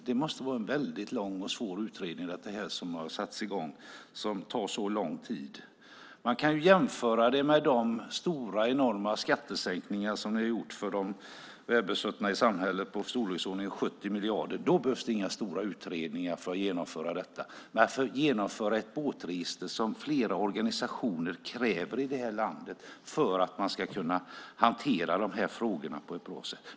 Det måste vara en väldigt lång och svår utredning som har satts i gång, som tar så lång tid! Man kan jämföra det här med de stora, enorma skattesänkningar som ni har gjort för de välbesuttna i samhället på i storleksordningen 70 miljarder. Då behövs det inga stora utredningar för att genomföra det, men det behövs det för att genomföra ett båtregister, som flera organisationer kräver i det här landet för att man ska kunna hantera de här frågorna på ett bra sätt.